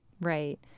Right